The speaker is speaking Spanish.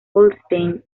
holstein